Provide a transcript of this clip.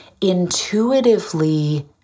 intuitively